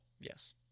Yes